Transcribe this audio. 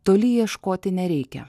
toli ieškoti nereikia